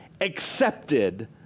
accepted